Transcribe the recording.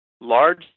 large